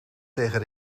tegen